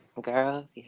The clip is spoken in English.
girl